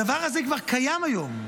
הדבר הזה כבר קיים היום.